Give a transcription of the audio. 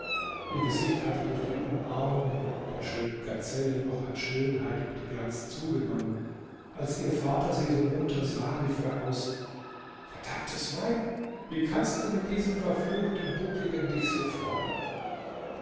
ihr gesicht hatte durch die umarmungen der schönen gazelle noch an schönheit und glanz zugenommen als ihr vater sie so munter sah rief er aus verdammtes weib wie kannst du mit diesem verfluchten buckligen dich so freuen